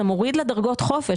זה מוריד לה דרגות חופש,